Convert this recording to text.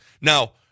now